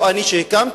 לא אני שהקמתי,